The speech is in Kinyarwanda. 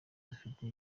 dufite